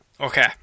Okay